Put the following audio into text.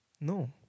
No